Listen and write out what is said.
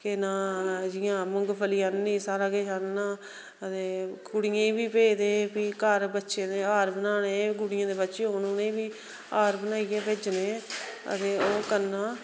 के ना जियां मुंगफली आह्ननी सारा किश आह्नना ते कुड़ियें गी भेजदे फ्ही घर बच्चें दे हार बनाने कुड़ियें दे बच्चे होन उनेंगी बी हार बनाइयै भेजने ते ओह् करना